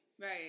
Right